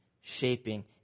shaping